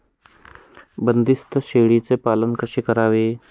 बंदिस्त शेळीचे पालन कसे करावे?